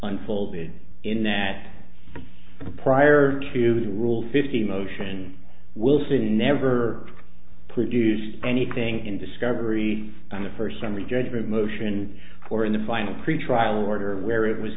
unfolded in that prior to the rule fifty motion we'll see never produced anything in discovery on the first summary judgment motion or in the final pretrial order where it was